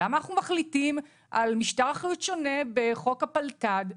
למה אנחנו מחליטים על משטר אחריות שונה בחוק הפלת"ד?